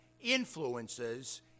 influences